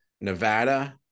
Nevada